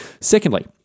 Secondly